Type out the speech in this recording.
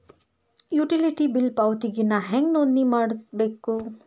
Utility bill ಪಾವತಿಗೆ ನಾ ಹೆಂಗ್ ನೋಂದಣಿ ಮಾಡ್ಸಬೇಕು?